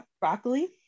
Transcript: Broccoli